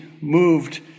moved